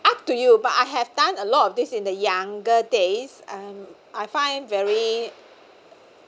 up to you but I have done a lot of this in the younger days um I find very